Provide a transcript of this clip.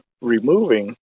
removing